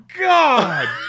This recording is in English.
God